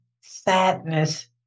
sadness